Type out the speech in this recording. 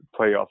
playoffs